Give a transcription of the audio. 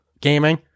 gaming